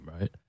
right